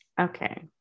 okay